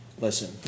listen